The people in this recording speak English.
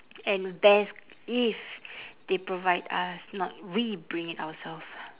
and best if they provide us not we bring it ourself